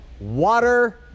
Water